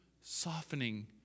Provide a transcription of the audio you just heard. softening